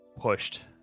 pushed